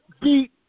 beat